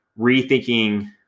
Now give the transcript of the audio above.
rethinking